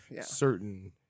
Certain